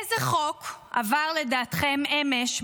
איזה חוק עבר לדעתכם אמש,